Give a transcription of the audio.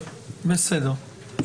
טוב, בסדר.